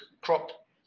crop